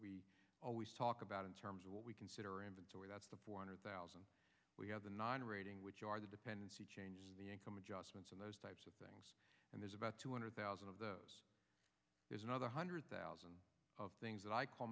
we always talk about in terms of what we consider inventory that's the four hundred thousand we have a nine rating which are the dependency changes the income adjustments and those types of things and there's about two hundred thousand of those is another hundred thousand of things that i call